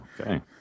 Okay